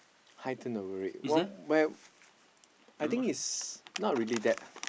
high turnover rate what where I think is not really that